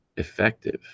effective